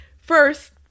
First